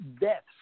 deaths